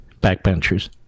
backbenchers